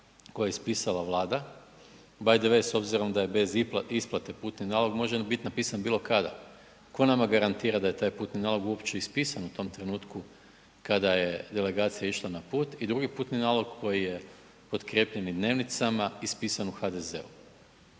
koji je ispisala Vlada. Bay the way s obzirom da je bez isplate putni nalog može biti napisan bilo kada. Tko nama garantira da je taj putni nalog uopće ispisan u tom trenutku kada je delegacija išla na put i drugi putni nalog koji je potkrijepljen i dnevnicama ispisan u HDZ-u.